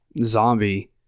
Zombie